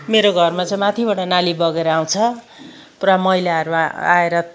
मेरो घरमा चाहिँ माथिबाट नाली बगेर आउँछ पुरा मैलाहरू आएर